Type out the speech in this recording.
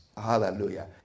Hallelujah